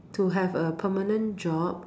to have a permanent job